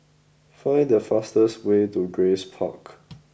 find the fastest way to Grace Park